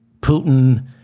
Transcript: Putin